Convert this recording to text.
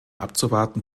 abzuwarten